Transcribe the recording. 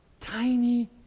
tiny